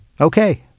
okay